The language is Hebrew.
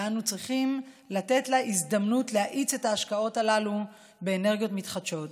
ואנחנו צריכים לתת הזדמנות להאיץ את ההשקעות הללו באנרגיות מתחדשות.